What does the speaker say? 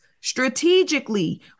strategically